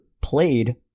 played